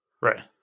Right